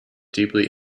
deeply